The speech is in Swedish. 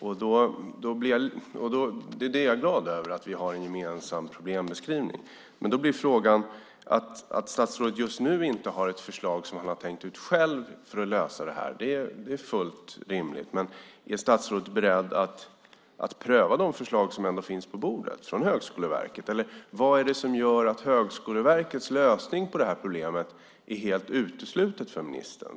Jag är glad över att vi har en gemensam problembeskrivning. Då blir frågan: Att statsrådet inte nu har ett förslag som kan lösa detta är fullt rimligt, men är statsrådet beredd att pröva de förslag från bland andra Högskoleverket som ändå finns på bordet? Vad är det som gör att Högskoleverkets lösning på problemet är utesluten för ministern?